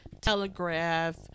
telegraph